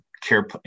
care